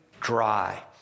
dry